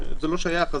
שזה לא שייך,